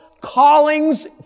callings